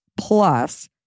plus